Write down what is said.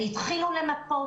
והתחילו למפות.